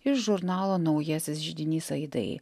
iš žurnalo naujasis židinys aidai